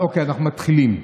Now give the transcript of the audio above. אוקיי, אנחנו מתחילים.